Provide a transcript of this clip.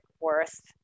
worth